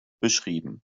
beschrieben